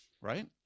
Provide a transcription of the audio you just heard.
right